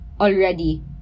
already